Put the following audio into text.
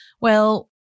Well-